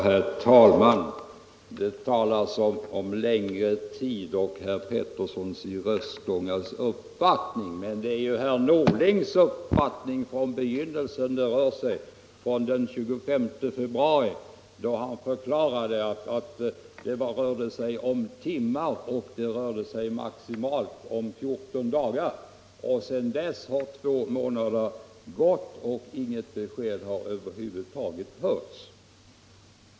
Herr talman! Kommunikationsministern talade om ”litet längre tid än herr Petersson menar att vi skall hålla på”, men här gäller det ju herr Norlings egen uppfattning i begynnelsen, alltså den 25 februari. Kommunikationsministern förklarade då att det rörde sig om timmar, maximalt om fjorton dagar, och sedan dess har två månader gått och inga besked har lämnats.